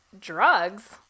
Drugs